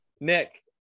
Nick